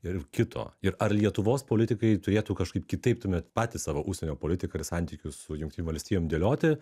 ir kito ir ar lietuvos politikai turėtų kažkaip kitaip tuomet patys savo užsienio politiką ir santykius su jungtinėm valstijom dėlioti